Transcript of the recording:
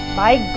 my